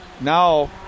now